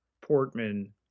Portman